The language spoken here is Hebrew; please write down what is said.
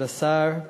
כבוד השר,